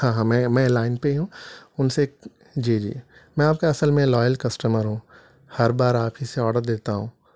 ہاں ہاں میں میں لائن پہ ہی ہوں ان سے جی جی میں آپ کا اصل میں لائل کسٹمر ہوں ہر بار آپ ہی سے آڈر دیتا ہوں